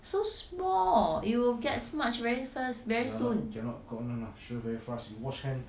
so small you will get smudge very first very soon